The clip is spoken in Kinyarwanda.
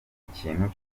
ikintu